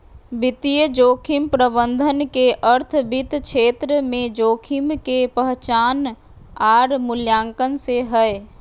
वित्तीय जोखिम प्रबंधन के अर्थ वित्त क्षेत्र में जोखिम के पहचान आर मूल्यांकन से हय